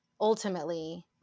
ultimately –